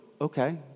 Okay